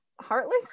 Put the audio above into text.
heartless